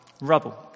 rubble